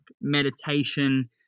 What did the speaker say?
meditation